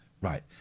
right